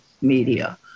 media